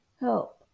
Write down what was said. help